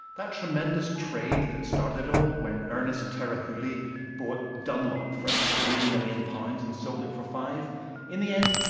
that tremendous trade that started it all when ernest terah hooley bought dunlop for three million pounds and sold it for five in the end,